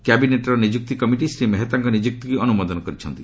କ୍ୟାବିନେଟର ନିଯୁକ୍ତି କମିଟି ଶ୍ରୀ ମେହେତାଙ୍କ ନିଯୁକ୍ତିକୁ ଅନୁମୋଦନ କରିଛି